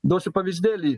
duosiu pavyzdėlį